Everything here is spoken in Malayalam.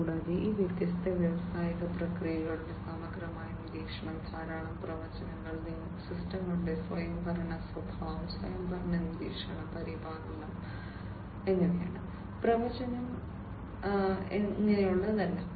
കൂടാതെ ഈ വ്യത്യസ്ത വ്യാവസായിക പ്രക്രിയകളുടെ സമഗ്രമായ നിരീക്ഷണം ധാരാളം പ്രവചനങ്ങൾ സിസ്റ്റങ്ങളുടെ സ്വയംഭരണ സ്വഭാവം സ്വയംഭരണ നിരീക്ഷണം പരിപാലനം പ്രവചനം എല്ലാം